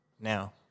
Now